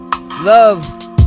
love